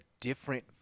different